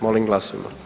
Molim glasujmo.